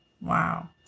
wow